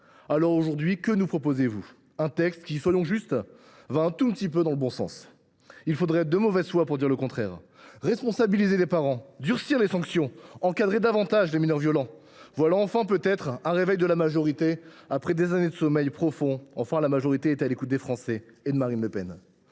Aujourd’hui, que nous proposez vous ? Un texte qui, soyons justes, va un tout petit peu dans le bon sens ; il faudrait être de mauvaise foi pour affirmer le contraire. Responsabiliser les parents, durcir les sanctions, encadrer davantage les mineurs violents. Voilà enfin, peut être, un réveil de la majorité, après des années de sommeil profond. Enfin, la majorité est à l’écoute des Français et de Marine Le Pen.